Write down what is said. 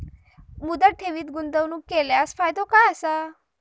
मुदत ठेवीत गुंतवणूक केल्यास फायदो काय आसा?